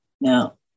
Now